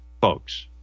folks